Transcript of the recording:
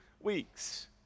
weeks